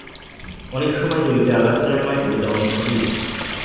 অনেক সময় জমিতে আগাছা জন্মায় যেটা অনেক ক্ষতির